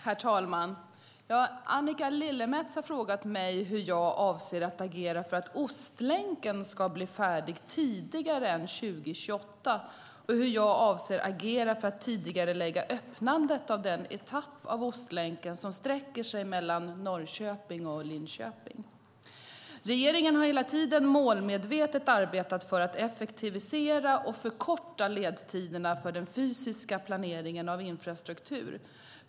Herr talman! Annika Lillemets har frågat mig hur jag avser att agera för att Ostlänken ska bli färdig tidigare än 2028 och hur jag avser att agera för att tidigarelägga öppnandet av den etapp av Ostlänken som sträcker sig mellan Norrköping och Linköping. Regeringen har hela tiden målmedvetet arbetat för att effektivisera och förkorta ledtiderna för den fysiska planeringen av infrastruktur.